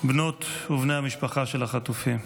בנות ובני המשפחה של החטופים,